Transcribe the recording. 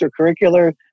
extracurricular